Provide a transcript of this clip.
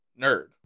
Nerd